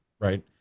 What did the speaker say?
right